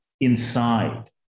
inside